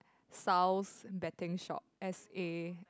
Sao's betting shop's a